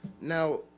Now